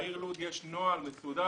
בעיר לוד יש נוהל מסודר.